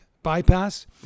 bypass